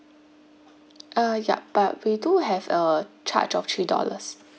uh yup but we do have uh charge of three dollars